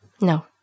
No